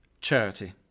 charity